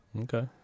Okay